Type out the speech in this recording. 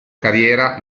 carriera